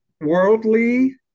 worldly